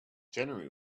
january